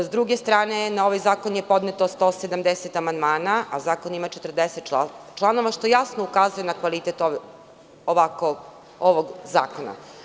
S druge strane na ovaj zakon je podneto 170 amandmana, a zakon ima 40 članova, što jasno ukazuje na kvalitet ovog zakona.